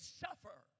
suffer